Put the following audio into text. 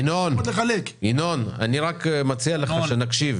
אני מסכים